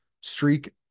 Streak